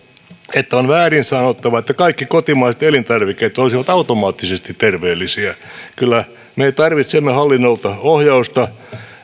että on väärin sanottu että kaikki kotimaiset elintarvikkeet olisivat automaattisesti terveellisiä kyllä me tarvitsemme hallinnolta ohjausta